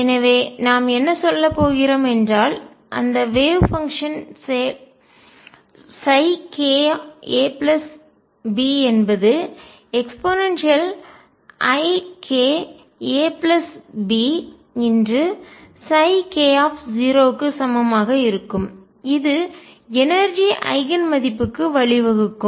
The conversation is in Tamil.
எனவே நாம் என்ன சொல்லப் போகிறோம் என்றால் அந்த வேவ் பங்ஷன் அலை செயல்பாடு kab என்பது eikabk க்கு சமமாக இருக்கும் இது எனர்ஜிஆற்றல் ஐகன் மதிப்புக்கு வழிவகுக்கும்